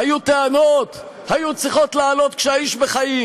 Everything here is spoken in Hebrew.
היו טענות, הן היו צריכות לעלות כשהאיש בחיים,